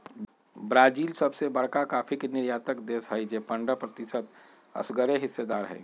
Brazil सबसे बरका coffee के निर्यातक देश हई जे पंडह प्रतिशत असगरेहिस्सेदार हई